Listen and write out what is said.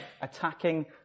attacking